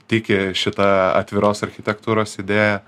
tiki šita atviros architektūros idėja